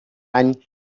any